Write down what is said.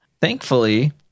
Thankfully